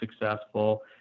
successful